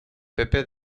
pepe